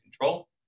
control